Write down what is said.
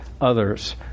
others